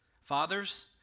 Fathers